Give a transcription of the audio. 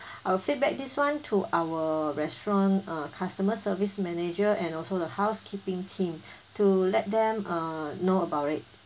I'll feedback this [one] to our restaurant uh customer service manager and also the housekeeping team to let them uh know about it